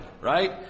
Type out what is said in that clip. right